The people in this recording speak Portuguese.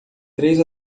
três